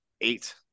eight